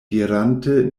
dirante